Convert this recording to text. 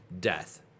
death